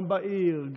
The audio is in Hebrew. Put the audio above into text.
גם בעיר,